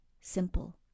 simple